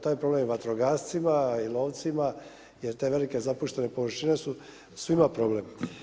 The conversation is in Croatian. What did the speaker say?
Taj je problem i vatrogascima i lovcima jer te velike zapuštene površine su svima problem.